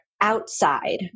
outside